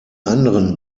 anderen